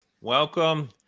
welcome